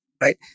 right